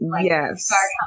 Yes